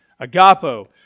Agapo